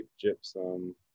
gypsum